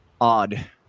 odd